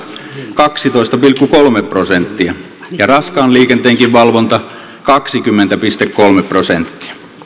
kaksitoista pilkku kolme prosenttia ja raskaan liikenteenkin valvonta kaksikymmentä pilkku kolme prosenttia